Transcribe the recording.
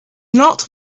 not